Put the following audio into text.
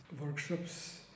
workshops